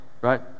right